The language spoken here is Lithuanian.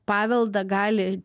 paveldą gali